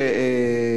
הבמה.